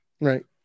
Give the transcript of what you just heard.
Right